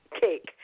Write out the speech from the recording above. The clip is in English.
cake